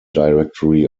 directory